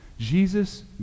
Jesus